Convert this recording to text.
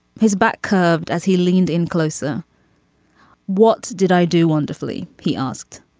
his back curved as he leaned in closer what did i do wonderfully. he asked.